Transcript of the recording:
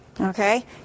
Okay